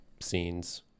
scenes